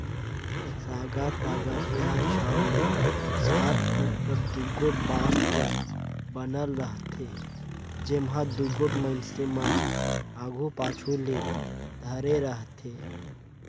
साँगा साँगा एहर छव ले सात फुट कर दुगोट बांस कर बनल रहथे, जेम्हा दुगोट मइनसे मन आघु पाछू ले धरे रहथे